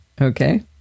Okay